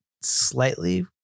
slightly